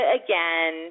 again